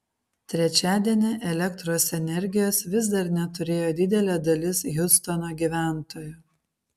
trečiadienį elektros energijos vis dar neturėjo didelė dalis hiūstono gyventojų